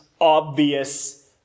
obvious